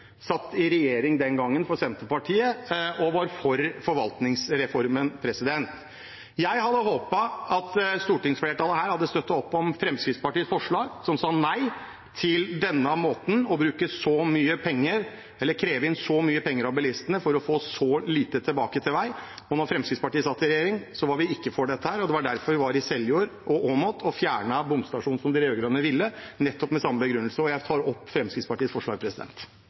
regjering for Senterpartiet og var for forvaltningsreformen. Jeg hadde håpet at stortingsflertallet hadde støttet opp om Fremskrittspartiets forslag, som sier nei til å kreve inn så mye penger av bilistene for å få så lite tilbake til vei. Da Fremskrittspartiet satt i regjering, var vi ikke for dette. Det var derfor vi var i Seljord og Åmot og fjernet bomstasjonen som de rød-grønne ville ha, nettopp med samme begrunnelse. Jeg tar opp Fremskrittspartiets forslag.